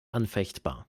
anfechtbar